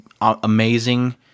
amazing